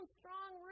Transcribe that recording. strong